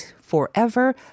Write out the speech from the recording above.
forever